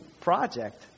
project